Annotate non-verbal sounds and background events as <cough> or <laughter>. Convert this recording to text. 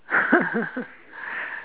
<laughs>